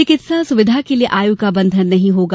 चिकित्सा सुविधा के लिये आयु का बंधन नहीं होगा